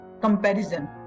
comparison